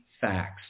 facts